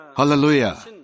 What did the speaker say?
Hallelujah